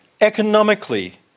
economically